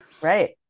right